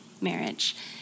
marriage